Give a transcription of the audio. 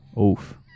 Oof